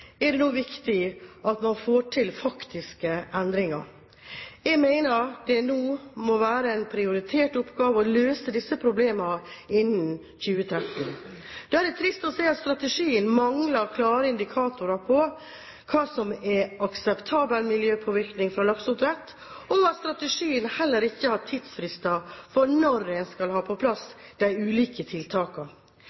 er det nå viktig at man får til faktiske endringer. Jeg mener det nå må være en prioritert oppgave å løse disse problemene innen 2013. Da er det trist å se at strategien mangler klare indikatorer på hva som er akseptabel miljøpåvirkning fra lakseoppdrett, og at strategien heller ikke har tidsfrister for når en skal ha på plass